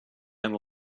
einem